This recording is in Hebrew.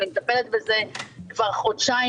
אני מטפלת בזה כבר חודשיים,